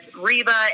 Reba